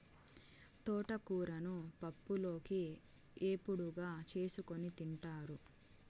తోటకూరను పప్పులోకి, ఏపుడుగా చేసుకోని తింటారు